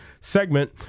segment